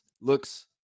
looks